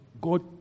God